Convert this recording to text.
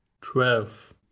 twelve